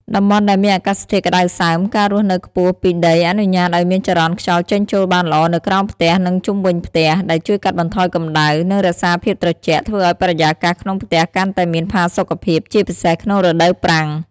តំបន់ដែលមានអាកាសធាតុក្តៅសើម ការរស់នៅខ្ពស់ពីដីអនុញ្ញាតឱ្យមានចរន្តខ្យល់ចេញចូលបានល្អនៅក្រោមផ្ទះ និងជុំវិញផ្ទះ ដែលជួយកាត់បន្ថយកម្ដៅ និងរក្សាភាពត្រជាក់ ធ្វើឱ្យបរិយាកាសក្នុងផ្ទះកាន់តែមានផាសុកភាព ជាពិសេសក្នុងរដូវប្រាំង ។